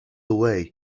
away